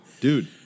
Dude